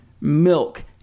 milk